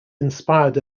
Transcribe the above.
inspired